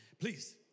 Please